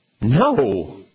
No